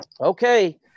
okay